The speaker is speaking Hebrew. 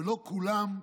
ולא כולן,